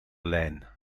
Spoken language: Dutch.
lijn